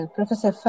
Professor